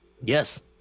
Yes